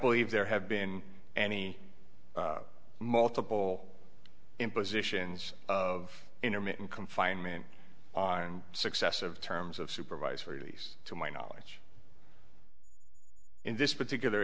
believe there have been any multiple impositions of intermittent confinement on successive terms of supervised release to my knowledge in this particular